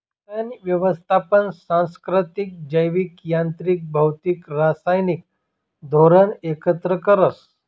तण यवस्थापन सांस्कृतिक, जैविक, यांत्रिक, भौतिक, रासायनिक धोरण एकत्र करस